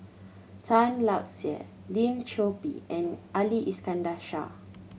Tan Lark Sye Lim Chor Pee and Ali Iskandar Shah